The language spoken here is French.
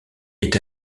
est